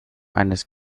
eines